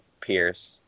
Pierce